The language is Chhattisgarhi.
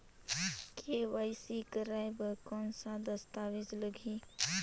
के.वाई.सी कराय बर कौन का दस्तावेज लगही?